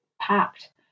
packed